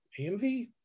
amv